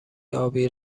ابی